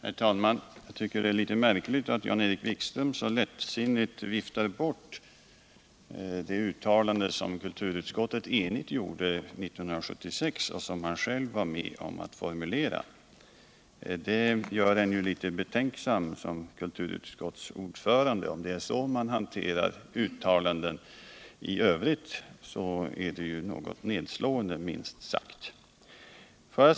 Herr talman! Jag tycker det är litet märkligt att Jan-Erik Wikström så lättsinnigt viftar bort det uttalande som ett enigt kulturutskott gjorde 1976 och som han själv var med om att formulera. Det gör att man som kulturutskottsordförande blir litet betänksam. Om det är så man hanterar utskottsbetänkanden i övrigt, så är det nedslående, minst sagt.